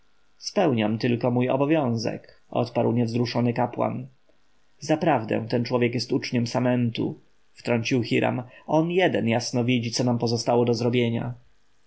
spełniam tylko mój obowiązek odparł niewzruszony kapłan zaprawdę ten człowiek jest uczniem samentu wtrącił hiram on jeden jasno widzi co nam pozostaje do zrobienia